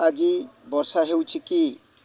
ଆଜି ବର୍ଷା ହେଉଛି କି